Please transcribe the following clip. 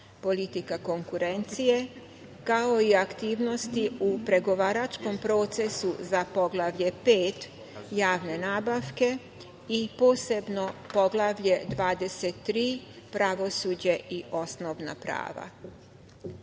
Politika konkurencije, kao i aktivnosti u pregovaračkom procesu za Poglavlje 5. – Javne nabavke i posebno Poglavlje 23. – Pravosuđe i osnovna